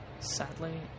Sadly